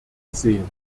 gesehen